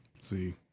See